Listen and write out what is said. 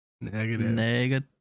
Negative